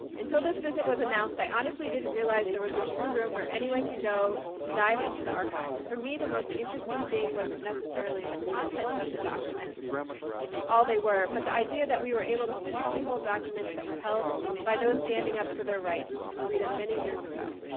until this visit was announced, i honestly didn't realize there was a true room where anyone can go to dive into the archives. for me, the most interesting thing wasn't necessarily the content of the documents all they were, but the idea that we were able to physically hold documents that were held by those standing up for their rights and freedom many years ago.